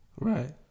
Right